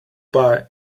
buy